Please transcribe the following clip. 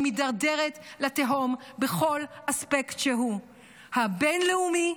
היא מידרדרת לתהום בכל אספקט שהוא הבין-לאומי,